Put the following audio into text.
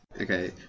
Okay